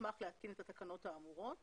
המוסמך להתקין את התקנות האמורות